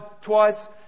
twice